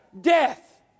Death